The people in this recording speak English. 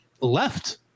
left